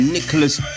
Nicholas